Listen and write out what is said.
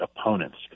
opponents